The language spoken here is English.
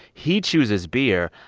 he chooses beer.